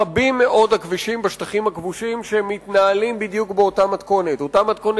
רבים מאוד הכבישים בשטחים הכבושים שמתנהלים בדיוק באותה מתכונת,